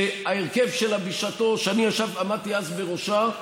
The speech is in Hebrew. שההרכב שלה בשעתו, אני עמדתי אז בראשה,